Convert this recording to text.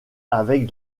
avec